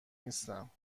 نیستم